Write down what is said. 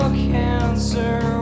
cancer